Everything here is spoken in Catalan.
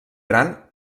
gran